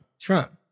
Trump